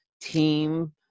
team